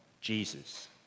Jesus